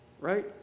Right